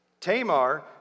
Tamar